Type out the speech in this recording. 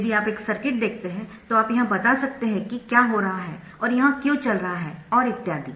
यदि आप एक सर्किट देखते है तो आप यह बता सकते है कि क्या हो रहा है और यह क्यों चल रहा है और इत्यादि